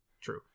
True